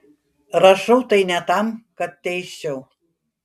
rašau tai ne tam kad teisčiau